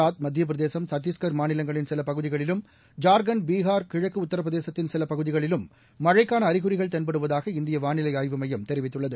அரபிக்கடலின் மத்தியப்பிரதேசம்சத்தீஸ்கர் மாநிலங்களின் சிவபகுதிகளிலும் ஜார்க்கண்ட் பீகார்கிழக்குஉத்தரப்பிரதேசத்தின் சிவபகுதிகளிலும் மழைக்கானஅறிகுறிகள் தென்படுவதாக இந்தியவானிலைஆய்வுமையம் தெரிவித்துள்ளது